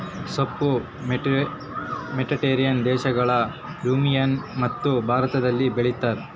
ಸೋಂಪು ಮೆಡಿಟೇರಿಯನ್ ದೇಶಗಳು, ರುಮೇನಿಯಮತ್ತು ಭಾರತದಲ್ಲಿ ಬೆಳೀತಾರ